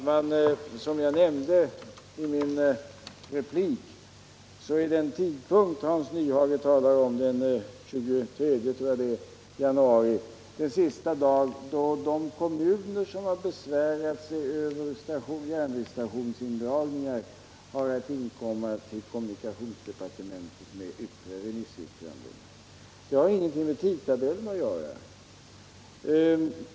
Herr talman! Som jag nämnde i min replik är den tidpunkt Hans Nyhage talar om —den 23 januari —-den sista dag då de kommuner som har besvärat sig över järnvägsstationsindragningar har att inkomma till kommunikationsdepartementet med remissyttranden. Det har ingenting med tidtabellen att göra.